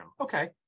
okay